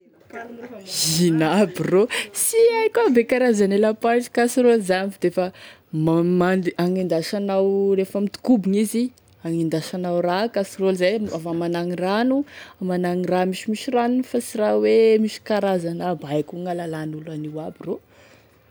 Ino aby rô, sy aiko aby e karazany e lapoaly izy ame casserole zany defa ma agnedasany lefa mitokobogny izy agnendasanao raha kaseraoly zay, azo hamanagny rano, hamagnany raha misimisy ranony, fa sy raha hoe misy karazany aby aia koa gn'alalan'olo aby an'io aby rô.